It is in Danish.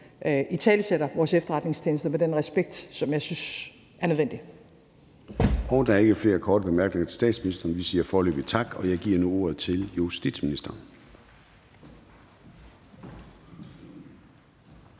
italesætter vores efterretningstjenester med den respekt, som jeg synes er nødvendig.